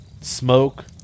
smoke